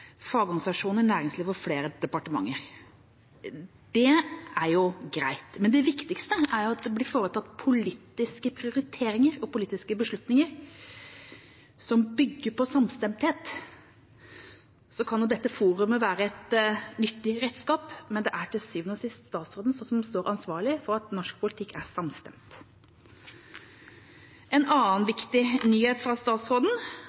fagorganisasjoner, næringslivet og flere departementer. Det er jo greit. Men det viktigste er at det blir foretatt politiske prioriteringer og tatt politiske beslutninger som bygger på samstemthet. Så kan dette forumet være et nyttig redskap, men det er til syvende og sist statsråden som står ansvarlig for at norsk politikk er samstemt. En annen viktig nyhet fra statsråden